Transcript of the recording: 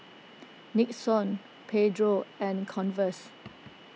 Nixon Pedro and Converse